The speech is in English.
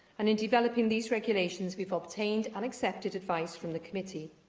and, in developing these regulations, we've obtained and accepted advice from the committee.